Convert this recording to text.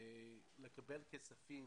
לקבל כספים